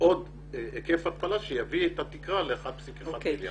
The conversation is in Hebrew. עוד היקף התפלה שיביא את התקרה ל-1.1 מיליארד.